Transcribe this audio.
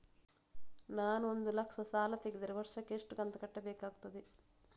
ನಾನು ಒಂದು ಲಕ್ಷ ಸಾಲ ತೆಗೆದರೆ ವರ್ಷಕ್ಕೆ ಎಷ್ಟು ಕಂತು ಕಟ್ಟಬೇಕಾಗುತ್ತದೆ?